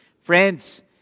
Friends